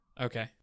okay